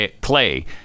Clay